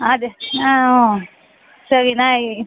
ಅದೇ ಆಂ ಸರಿಯಾ ಈ